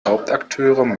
hauptakteure